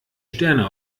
sterne